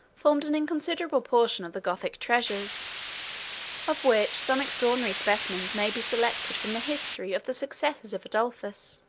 formed an inconsiderable portion of the gothic treasures of which some extraordinary specimens may be selected from the history of the successors of adolphus.